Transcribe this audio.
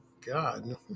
God